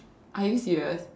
are you serious